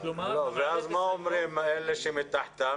ואז מה אומרים אלה שמתחתם?